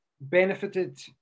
benefited